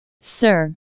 Sir